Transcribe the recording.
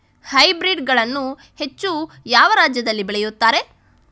Hybrid ಗಳನ್ನು ಹೆಚ್ಚು ಯಾವ ರಾಜ್ಯದಲ್ಲಿ ಬೆಳೆಯುತ್ತಾರೆ?